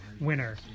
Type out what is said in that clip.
winner